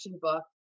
book